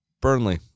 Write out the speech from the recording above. Burnley